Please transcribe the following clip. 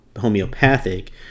homeopathic